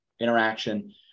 interaction